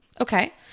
Okay